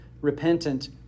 repentant